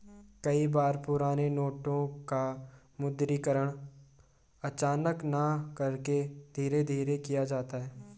कई बार पुराने नोटों का विमुद्रीकरण अचानक न करके धीरे धीरे किया जाता है